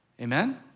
amen